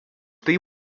tai